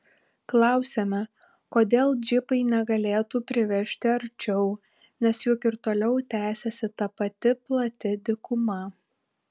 klausiame kodėl džipai negalėtų privežti arčiau nes juk ir toliau tęsiasi ta pati plati dykuma